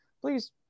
please